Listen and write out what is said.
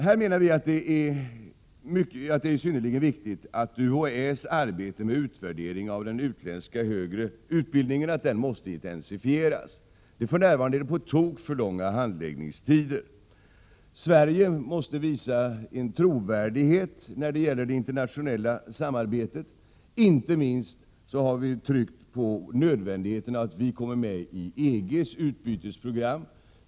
Vi menar att det är synnerligen viktigt att UHÄ:s arbete med utvärdering av den utländska högre utbildningen måste intensifieras. Det är på tok för långa handläggningstider för närvarande. Sverige måste visa en trovärdighet när det gäller det internationella samarbetet. Vi har inte minst tryckt på nödvändigheten av att vi skall komma med i EG:s utbytesprogram.